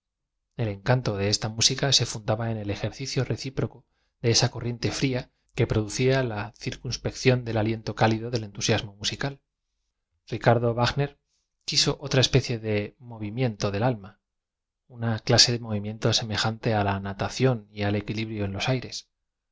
el encanto de esta música se fundaba en el ejercicio reciproco de esa corriente fria que producía la cir cunspección del alleato cllido del entusiasmo musical ricardo w agn er quiso otra especie de movimiento del alma una clase de movimiento semejante á la nata ción y al equilibrio en los aires